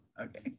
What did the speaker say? okay